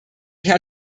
herr